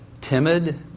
timid